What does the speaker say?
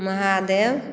Mahadev